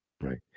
right